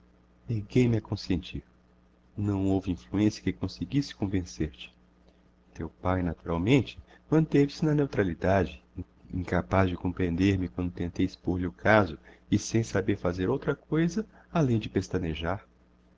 mim neguei me a consentir não houve influencia que conseguisse convencer te teu pae naturalmente manteve se na neutralidade incapaz de comprehender me quando tentei expor lhe o caso e sem saber fazer outra coisa além de pestanejar